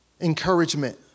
encouragement